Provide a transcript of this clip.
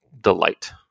delight